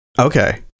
Okay